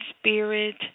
spirit